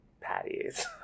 patties